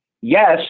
Yes